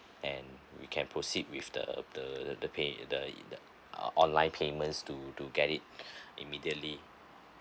and we can proceed with the the the pay the the online payments to to get it immediately